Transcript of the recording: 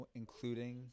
including